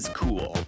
cool